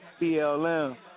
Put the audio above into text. BLM